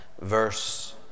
verse